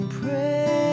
pray